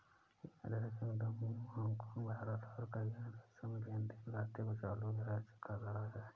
United Kingdom, Hong Kong, Bharat और कई अन्य देशों में लेन देन खाते को चालू या चेक खाता कहा जाता है